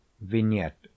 Vignette